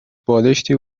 بالشتی